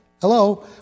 Hello